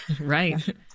Right